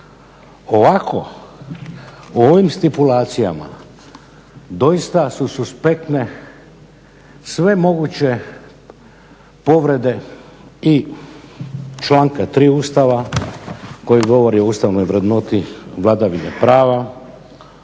Ovako, u ovim stipulacijama doista su suspektne sve moguće povrede i članka 3. Ustava koji govori o ustavnoj vrednoti vladavine prava,